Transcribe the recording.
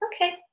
okay